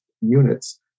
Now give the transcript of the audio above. units